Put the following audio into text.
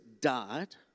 died